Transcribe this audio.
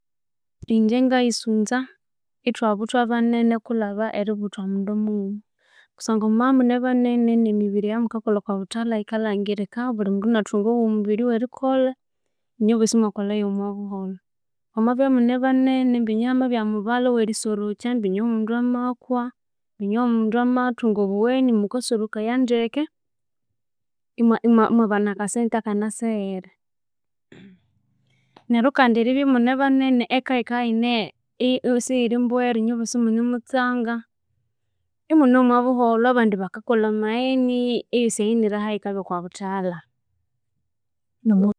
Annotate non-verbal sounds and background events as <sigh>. Ingye ngayisunza ithwabuthwa banene kulhenga eributhwa omundu mughuma kusangwa mwamabya emune banene ne mibiri eyamukakolha okwa buthalha ghikalhangirika bulhi mundu inatbunga owiwe mubiri owerikolha inyweboosi imwakolhayo omwa buholho mwamabya emune banene mbinya hamabya omubalha owerisorokya mbinya omundu amakwa mbinya omundu amathunga obugheni mukasorokaya ndeke, imwa imwanabana akasente aka naseghere, neryu kandi eribya imune banene eka- eka yikabya isoghirimbwera enywabosi imunemutsanga imune omwa buholho abandi bakakolha amagheni eyosi eyu ni raha yikabya okwa buthalha. <unintelligible>